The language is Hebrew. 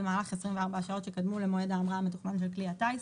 במהלך 24 השעות שקדמו למועד ההמראה המתוכנן של כלי הטיס,